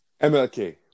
MLK